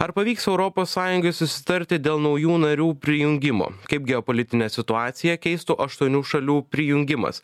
ar pavyks europos sąjungai susitarti dėl naujų narių prijungimo kaip geopolitinę situaciją keistų aštuonių šalių prijungimas